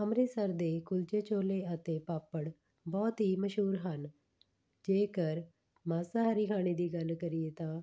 ਅੰਮ੍ਰਿਤਸਰ ਦੇ ਕੁਲਚੇ ਛੋਲੇ ਅਤੇ ਪਾਪੜ ਬਹੁਤ ਹੀ ਮਸ਼ਹੂਰ ਹਨ ਜੇਕਰ ਮਾਸਾਹਾਰੀ ਖਾਣੇ ਦੀ ਗੱਲ ਕਰੀਏ ਤਾਂ